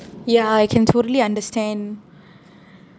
ya I can totally understand